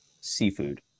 seafood